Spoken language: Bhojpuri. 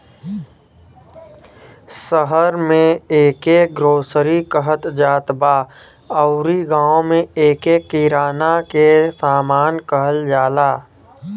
शहर में एके ग्रोसरी कहत जात बा अउरी गांव में एके किराना के सामान कहल जाला